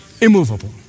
Immovable